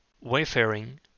wayfaring